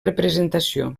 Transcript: representació